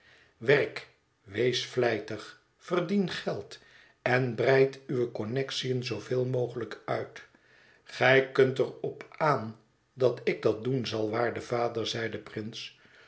werk wees vlijtig verdien geld en breid uwe connectiën zooveel mogelijk uit gij kunt er op aan dat ik dat doen zal waarde vader zeide prince